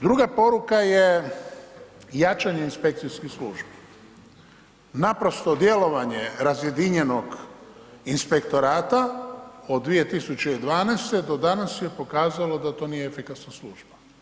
Druga poruka je jačanje inspekcijskih službi, naprosto djelovanje razjedinjenog inspektorata od 2012. do danas je pokazalo da to nije efikasna služba.